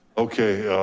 okay